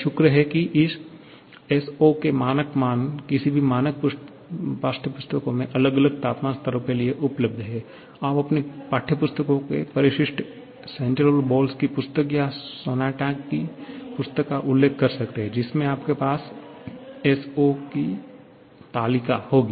शुक्र है की इस S0 के मानक मान किसी भी मानक पाठ्यपुस्तकों में अलग अलग तापमान स्तरों के लिए उपलब्ध हैं आप अपनी पाठ्यपुस्तकों के परिशिष्ट सेंगेल और बोल्स की पुस्तक या सोनांटाग की पुस्तक का उल्लेख कर सकते हैं जिसमे आपके पास इस S0 की तालिका होगी